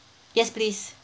yes please